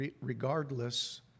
regardless